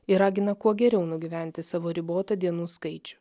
ir ragina kuo geriau nugyventi savo ribotą dienų skaičių